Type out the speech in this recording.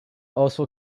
also